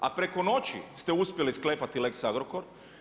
A preko noći ste uspjeli sklepati lex Agrokor.